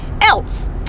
else